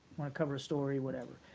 want to cover a story, whatever.